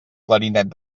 clarinet